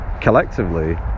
Collectively